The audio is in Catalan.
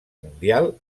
mundial